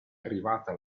arrivata